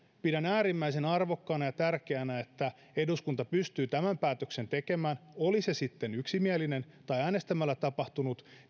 pidän äärimmäisen arvokkaana ja tärkeänä että eduskunta pystyy tämän päätöksen tekemään oli se sitten yksimielinen tai äänestämällä tapahtunut